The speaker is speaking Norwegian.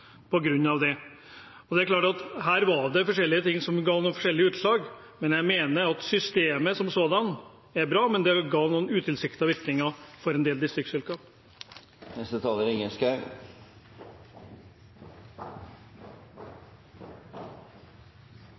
det. Det er klart at det her var forskjellige ting som ga forskjellig utslag. Jeg mener at systemet som sådant er bra, men det ga noen utilsiktede virkninger for en del distriktsfylker. Jeg er